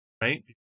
right